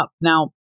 Now